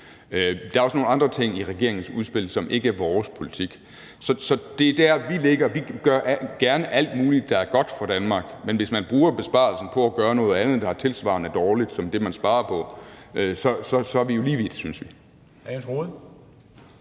Der er også nogle andre ting i regeringens udspil, som ikke er vores politik. Så det er der, vi ligger. Vi gør gerne alt muligt, der er godt for Danmark, men hvis man bruger besparelsen på at gøre noget andet, der er lige så dårligt som det, man sparer på, så er vi jo lige vidt, synes vi.